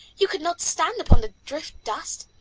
you could not stand upon the drift dust.